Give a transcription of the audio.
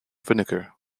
vinegar